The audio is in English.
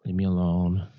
and me alone.